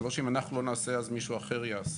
זה לא שאם אנחנו לא נעשה אז מישהו אחר יעשה.